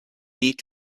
need